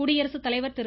குடியரசு தலைவர் திரு